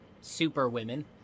superwomen